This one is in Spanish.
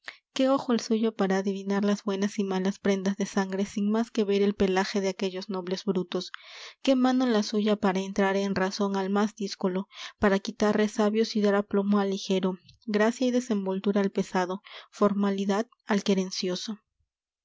qué ojo el suyo para adivinar las buenas y malas prendas de sangre sin más que ver el pelaje de aquellos nobles brutos qué mano la suya para entrar en razón al más díscolo para quitar resabios y dar aplomo al ligero gracia y desenvoltura al pesado formalidad al querencioso